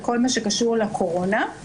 בכל מה שקשור לקורונה.